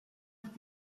book